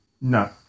No